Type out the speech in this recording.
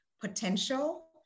potential